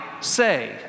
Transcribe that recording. say